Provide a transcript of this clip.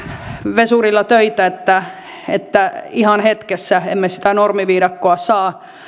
vesurilla töitä että että ihan hetkessä emme sitä normiviidakkoa saa